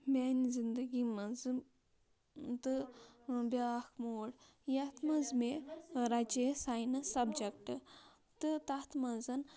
میانہِ زِندگی منٛز تہٕ بیٛاکھ موڈ یَتھ منٛز مےٚ رَچے ساینَس سَبجَکٹ تہٕ تَتھ منٛز